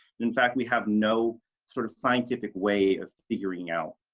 in fact, we have no sort of scientific way of figuring out